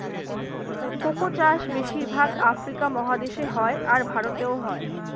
cocoa চাষ বেশির ভাগ আফ্রিকা মহাদেশে হয়, আর ভারতেও হয়